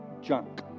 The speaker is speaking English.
junk